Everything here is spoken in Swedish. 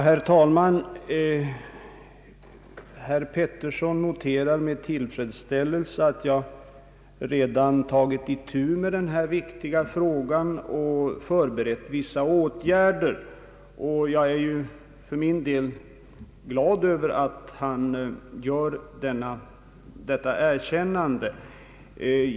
Herr talman! Herr Pettersson noterar med tillfredsställelse att jag redan har tagit itu med den här viktiga frågan och förberett vissa åtgärder. Jag för min del är glad över att han gör detta erkännande.